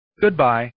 Goodbye